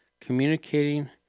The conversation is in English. communicating